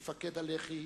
מפקד הלח"י,